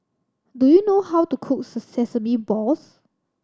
do you know how to cook sesame balls